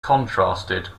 contrasted